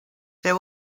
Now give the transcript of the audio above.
there